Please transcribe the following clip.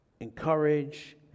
encourage